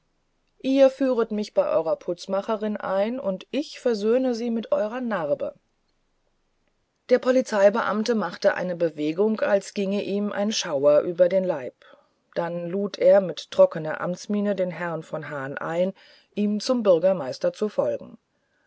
ihr führet mich bei eurer jungen putzmacherin ein und ich versöhne sie mit eurer narbe der polizeibeamte machte eine bewegung als ginge ihm ein schauer über den leib dann lud er mit trockener amtsmiene den herrn von hahn ein ihm zum bürgermeister zu folgen